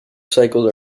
cycles